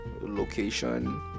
location